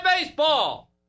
baseball